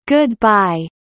Goodbye